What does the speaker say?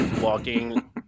walking